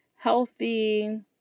healthy